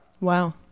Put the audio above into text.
Wow